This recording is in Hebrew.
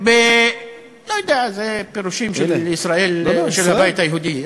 לא יודע, זה פירושים של הבית היהודי.